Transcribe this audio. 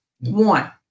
one